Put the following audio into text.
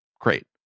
great